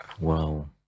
Wow